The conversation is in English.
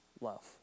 love